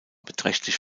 beträchtlich